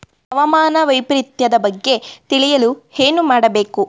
ಹವಾಮಾನ ವೈಪರಿತ್ಯದ ಬಗ್ಗೆ ತಿಳಿಯಲು ಏನು ಮಾಡಬೇಕು?